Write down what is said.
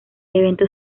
evento